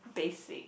basic